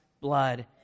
blood